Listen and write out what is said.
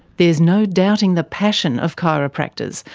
there is no doubting the passion of chiropractors,